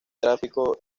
tráfico